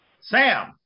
Sam